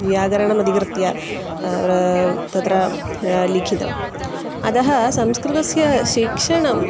व्याकरणमधिकृत्य तत्र लिखितम् अतः संस्कृतस्य शिक्षणं